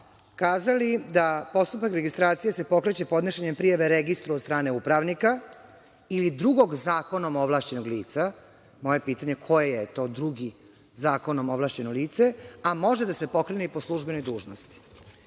kazali da postupak registracije se pokreće podnošenjem prijave registru od strane upravnika ili drugog zakonom ovlašćenog lica. Moje pitanje je koje je to drugo zakonom ovlašćeno lice, a može da se pokrene i po službenoj dužnosti? Član